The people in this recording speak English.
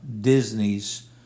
Disney's